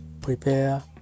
prepare